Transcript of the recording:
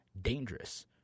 dangerous